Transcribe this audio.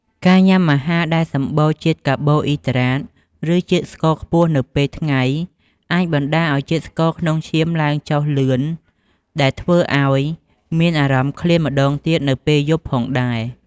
ការញ៉ាំអាហារដែលសម្បូរជាតិកាបូអ៊ីដ្រាត ឬជាតិស្ករខ្ពស់នៅពេលថ្ងៃ អាចបណ្តាលឱ្យជាតិស្ករក្នុងឈាមឡើងចុះលឿន ដែលធ្វើឱ្យមានអារម្មណ៍ឃ្លានម្តងទៀតនៅពេលយប់ផងដែរ។